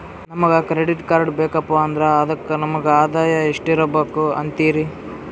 ನಮಗ credit card ಬೇಕಪ್ಪ ಅಂದ್ರ ಅದಕ್ಕ ನಮಗ ಆದಾಯ ಎಷ್ಟಿರಬಕು ಅಂತೀರಿ?